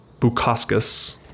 Bukaskus